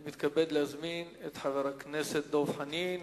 אני מתכבד להזמין את חבר הכנסת דב חנין,